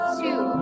two